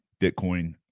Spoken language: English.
Bitcoin